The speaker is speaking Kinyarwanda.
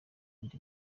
inda